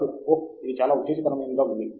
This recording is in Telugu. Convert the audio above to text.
ఇది చాలా ఉత్తేజకరమైనదిగా ఉంది